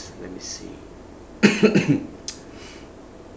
let me see